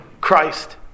Christ